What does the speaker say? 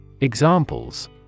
Examples